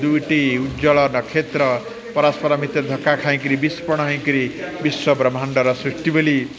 ଦୁଇଟି ଉଜ୍ଜଳ ନକ୍ଷେତ୍ର ପରସ୍ପର ଭିତରେ ଧକା ଖାଇକିରି ବିସ୍ପୋରଣ ହେଇକିରି ବିଶ୍ୱ ବ୍ରହ୍ମାଣ୍ଡର ସୃଷ୍ଟି ବୋଲି